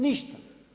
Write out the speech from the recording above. Ništa.